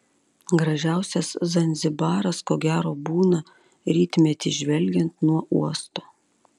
gražiausias zanzibaras ko gero būna rytmetį žvelgiant nuo uosto